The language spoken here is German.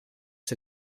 sie